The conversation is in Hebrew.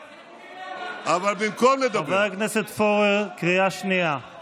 איזה חוקים העברת רק בשבוע